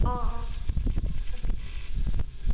অঁ অঁ হ'ব